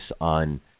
on